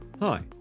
Hi